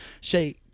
Shay